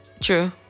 True